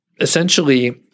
essentially